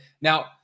Now